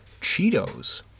Cheetos